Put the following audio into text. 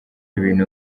ibintu